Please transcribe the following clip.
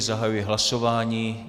Zahajuji hlasování.